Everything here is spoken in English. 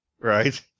Right